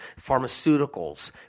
pharmaceuticals